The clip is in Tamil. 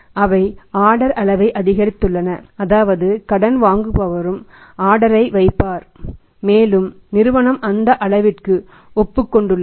அவை ஆர்டர் அளவை அதிகரித்துள்ளன அதாவது கடன் வாங்குபவரும் ஆர்டரை வைப்பார் மேலும் நிறுவனம் அந்த அளவிற்கு ஒப்புக் கொண்டுள்ளது